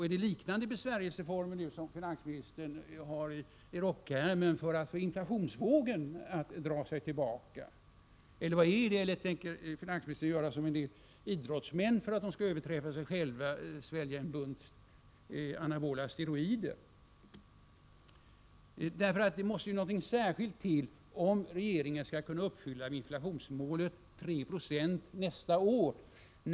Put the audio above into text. Är det liknande besvärjelseformler som finansministern har som ett trumfkort i rockärmen för att få inflationsvågen att dra sig tillbaka? Eller tänker finansministern göra som en del idrottsmän, som för att överträffa sig själva sväljer en mängd piller med anabola steroider? Någonting särskilt måste ju till, om regeringen skall kunna uppfylla inflationsmålet 3 26 nästa år.